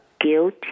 guilt